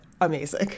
Amazing